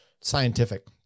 scientific